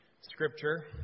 scripture